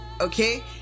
okay